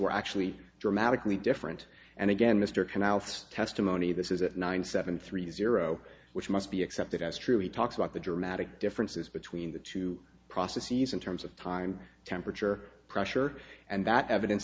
were actually dramatically different and again mr canal it's testimony this is at nine seven three zero which must be accepted as true he talks about the dramatic differences between the two processes in terms of time temperature pressure and that evidence